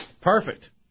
Perfect